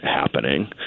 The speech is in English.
happening